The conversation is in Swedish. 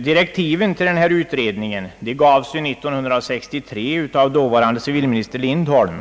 Direktiven till denna utredning gavs ju 1963 av dåvarande civilminister Lindholm.